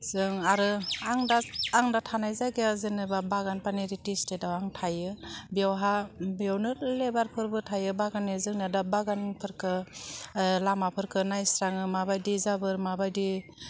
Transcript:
जों आरो आं दा आं दा थानाय जायगाया जेनेबा बागानफाननि रिति स्टेटआव आं थायो बेवहा बेयावनो लेबारफोरबो थायो बागानै जोंना दा बागानफोरखौ लामाफोरखौ नायस्राङो माबायदि जाबोर माबादि